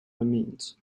amines